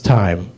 time